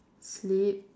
sleep